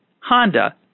Honda